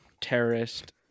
terrorist